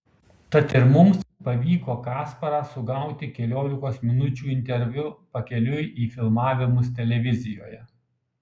tad ir mums pavyko kasparą sugauti keliolikos minučių interviu pakeliui į filmavimus televizijoje